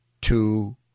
two